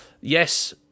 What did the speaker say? yes